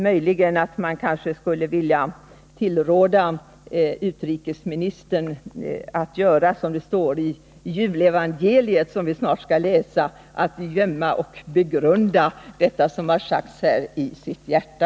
Möjligen skulle jag kanske vilja tillråda utrikesministern att göra som det står i julevangeliet, som vi snart skall läsa, att gömma och begrunda detta som har sagts i sitt hjärta.